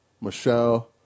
Michelle